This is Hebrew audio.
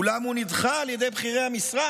אולם הוא נדחה על ידי בכירי המשרד